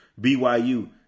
BYU